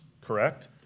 Correct